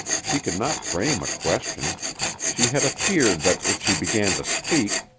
she could not frame a question she had a fear that if she began to speak,